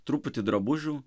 truputį drabužių